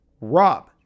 Rob